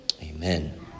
Amen